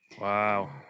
Wow